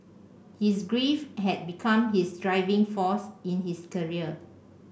his grief had become his driving force in his career